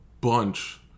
bunch